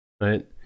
right